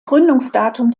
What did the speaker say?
gründungsdatum